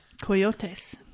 Coyotes